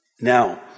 Now